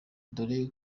dore